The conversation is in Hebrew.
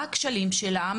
מה הכשלים שלה,